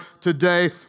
today